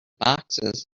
boxes